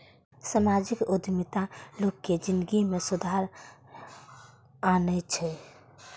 सामाजिक उद्यमिता लोगक जिनगी मे सुधार आनै छै